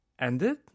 ended